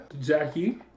Jackie